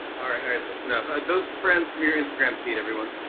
all right, that's enough. those friends from your instagram feed, everyone.